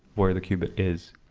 where the qubit is.